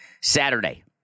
Saturday